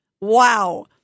Wow